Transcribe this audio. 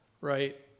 right